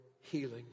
healing